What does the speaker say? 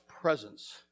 presence